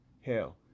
Hell